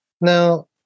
Now